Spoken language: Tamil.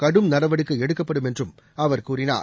கடும் நடவடிக்கை எடுக்கப்படும் என்றும் அவர் கூறினார்